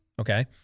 Okay